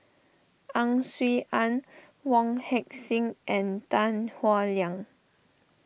Ang Swee Aun Wong Heck Sing and Tan Howe Liang